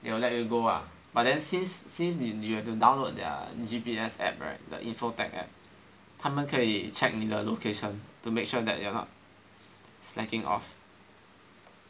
they will let you go ah but then since since you you have to download their G_P_S app right the info tech right 他们可以 check 你的 location to make sure that you are not slacking off